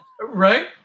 Right